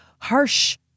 harsh